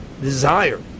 desire